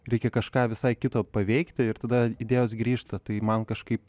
reikia kažką visai kito paveikti ir tada idėjos grįžta tai man kažkaip